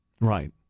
Right